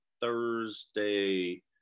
Thursday